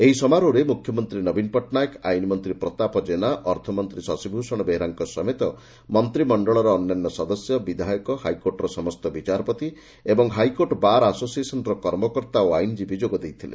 ଏହି ସମାରୋହରେ ମୁଖ୍ୟମନ୍ତୀ ନବୀନ ପଟ୍ଟନାୟକ ଆଇନମନ୍ତୀ ପ୍ରତାପ ଜେନା ଅର୍ଥମନ୍ତୀ ଶଶୀଭ୍ଷଣ ବେହେରାଙ୍କ ସମେତ ମନ୍ତିମଶ୍ଳର ଅନ୍ୟାନ୍ୟ ସଦସ୍ୟ ବିଧାୟକ ହାଇକୋର୍ଟର ସମସ୍ତ ବିଚାରପତି ଏବଂ ହାଇକୋର୍ଟ ବାର ଆସୋସିଏସନର କର୍ମକର୍ତ୍ତା ଓ ଆଇନ ଯୋଗଦେଇଥିଲେ